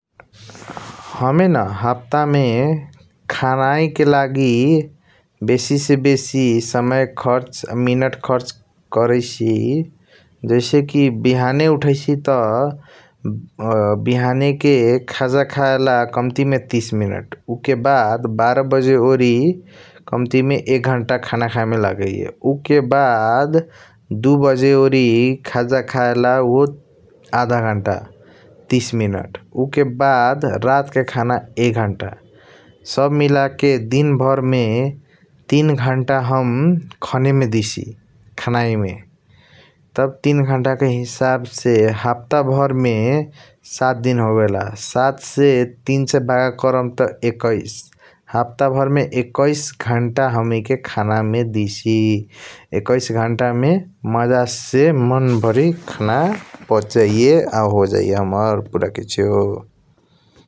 हमे न हप्ता मे खनाइके लागि बेसी से बेसी समय खर्च मिनट खर्च करैसी जैसे की बिहाने उतहीसई । त बिहाने के खाजा खेला कमती मे तीस मिनट उके बाद बारे बजे ओरई कमती । एक घण्टा खाना खाया लागैया उके बाद दु बजे ओरी खाजा खायाला उहू आधा घण्टा तीस मिनट उके बाद । रात क खाना एक घण्टा सब मिलके दिन भर मे तीन घण्टा खाना मे डीसी खनाई मे तब तीन घण्ट के हिसाब से । हप्ता व्यर मे सात दिन होबेला सात से तीन भाग कर्म त यकाइस हप्ता भर मे यकाइस घण्ट हमैके खाना मे डीसी । यकाइस घण्टा मे मज़ा से मन भारी खाना पचाइया आ होजाइया हाम्रा पूरा किसियों ।